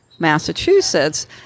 Massachusetts